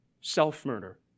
self-murder